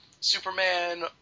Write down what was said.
Superman